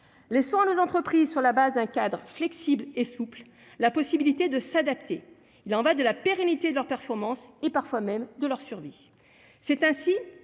Laissons à nos entreprises, sur la base d'un cadre flexible et souple, la possibilité de s'adapter. Il y va de la pérennité de leur performance et parfois même de leur survie.